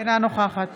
אינה נוכחת